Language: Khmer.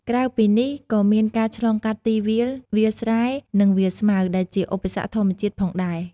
ក្រៅពីនេះក៏មានការឆ្លងកាត់ទីវាល វាលស្រែ និងវាលស្មៅ ដែលជាឧសគ្គធម្មជាតិផងដែរ។